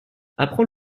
apprend